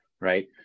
right